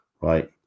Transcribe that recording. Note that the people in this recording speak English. right